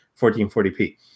1440p